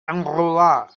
enrolar